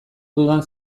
dudan